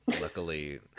luckily